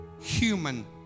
human